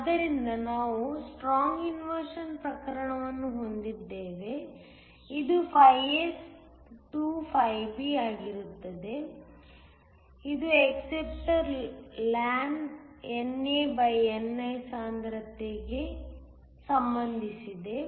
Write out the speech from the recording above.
ಆದ್ದರಿಂದ ನಾವು strong inversion ಪ್ರಕರಣವನ್ನು ಹೊಂದಿದ್ದೇವೆ ಇದು S 2 B ಆಗಿರುತ್ತದೆ ಇದು ಅಕ್ಸೆಪ್ಟಾರ್ ಲಾನ್ NAni ಸಾಂದ್ರತೆಗೆ ಸಂಬಂಧಿಸಿದೆ